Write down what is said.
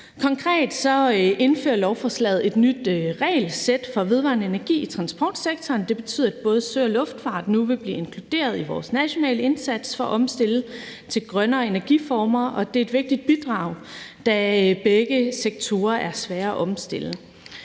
Konkret indfører lovforslaget et nyt regelsæt for vedvarende energi i transportsektoren, og det betyder, at både sø- og luftfarten nu vil blive inkluderet i vores nationale indsats for at omstille til grønnere energiformer, og det er et vigtigt bidrag, da begge sektorer er svære at omstille.